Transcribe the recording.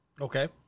Okay